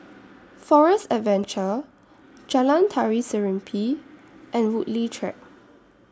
Forest Adventure Jalan Tari Serimpi and Woodleigh Track